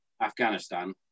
Afghanistan